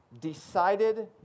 decided